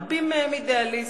רבים מהם אידיאליסטים.